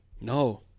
No